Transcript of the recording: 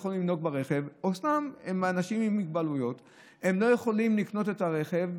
ברכב או הם אנשים עם מוגבלויות והם לא יכולים לקנות את הרכב,